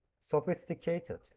Sophisticated